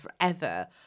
forever